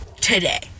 today